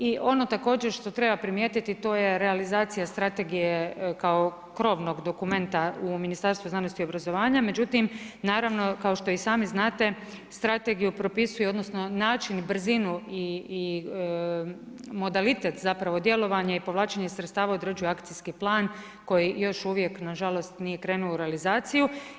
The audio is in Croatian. I ono također što treba primijetiti to je realizacija strategije, kao krovnog dokumenta u Ministarstvu znanosti i obrazovanja, međutim, naravno kao što i sami znate, strategiju propisuju, odnosno, način i brzinu i modalitet, zapravo djelovanje i povlačenje sredstava određuje akcijski plan koji još uvijek nažalost nije krenuo u realizaciju.